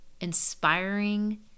inspiring